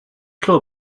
club